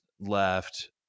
left